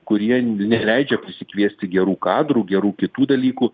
kurie neleidžia prisikviesti gerų kadrų gerų kitų dalykų